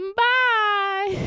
bye